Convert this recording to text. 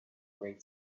great